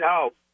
help